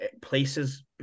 places